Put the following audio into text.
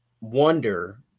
wonder –